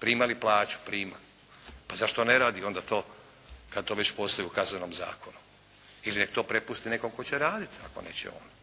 Prima li plaću? Prima. Pa zašto ne radi onda to kad to već postoji u Kaznenom zakonu ili nek to prepusti nekom tko će raditi, ako neće on.